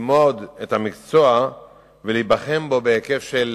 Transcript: ללמוד את המקצוע ולהיבחן בו בהיקף של